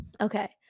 Okay